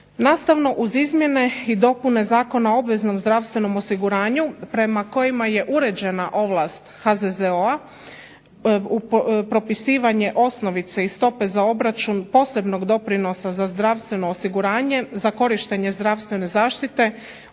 Nastavno, uz izmjene i dopune Zakona o obveznom zdravstvenom osiguranju prema kojima je uređena ovlast HZZO-a propisivanje osnovice i stope za obračun posebnog doprinosa za zdravstveno osiguranje za korištenje zdravstvene zaštite